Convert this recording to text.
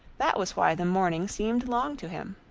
that was why the morning seemed long to him.